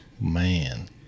Man